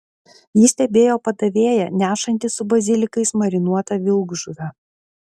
ji stebėjo padavėją nešantį su bazilikais marinuotą vilkžuvę